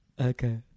okay